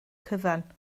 cyfan